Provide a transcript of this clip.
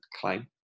claim